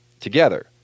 together